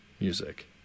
music